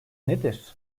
nedir